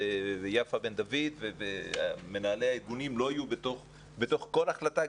יפה בן דוד ומנהלי ארגונים לא יהיו בתוך כל החלטה,